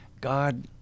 God